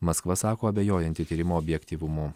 maskva sako abejojanti tyrimo objektyvumu